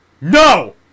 No